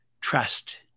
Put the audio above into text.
trust